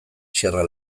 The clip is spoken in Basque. sierra